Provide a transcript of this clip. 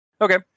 Okay